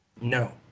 No